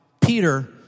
Peter